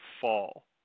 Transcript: fall